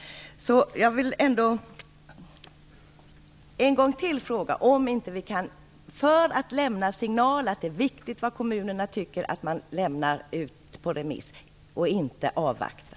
Jag vill därför ännu en gång fråga om man inte kan sända ut detta på remiss för att lämna en signal om att det är viktigt vad kommunerna anser.